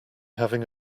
having